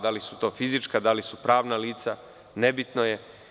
Da li su to fizička, da li su pravna lica, nebitno je.